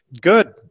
good